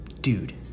Dude